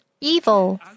evil